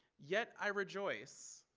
yet i rejoice.